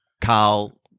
Carl